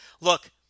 Look